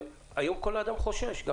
היום כל אדם חושש.